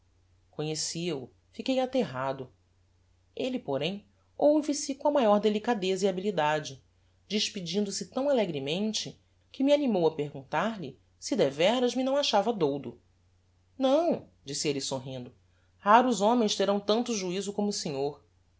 conhecia-o fiquei aterrado elle porém houve-se com a maior delicadeza e habilidade despedindo-se tão alegremente que me animou a perguntar-lhe se deveras me não achava doudo não disse elle sorrindo raros homens terão tanto juizo como o senhor